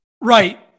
right